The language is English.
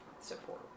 support